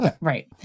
Right